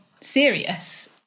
serious